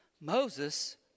Moses